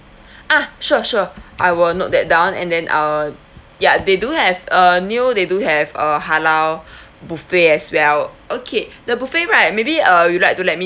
ah sure sure I will note that down and then uh ya they do have uh neo they do have a halal buffet as well okay the buffet right maybe uh you like to let me